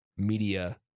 media